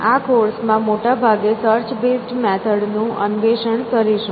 આ કોર્સમાં મોટા ભાગે સર્ચ બેઝ મેથડ નું અન્વેષણ કરીશું